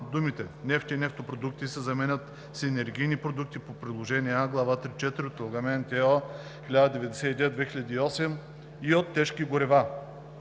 думите „нефт и нефтопродукти“ се заменят с „енергийни продукти по приложение А, глава 3.4 от Регламент (ЕО) № 1099/2008 и от тежки горива“.